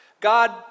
God